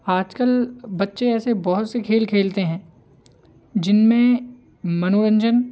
आजकल बच्चे ऐसे बहुत से खेल खेलते हैं जिनमें मनोरंजन